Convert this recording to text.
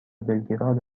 بلگراد